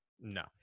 no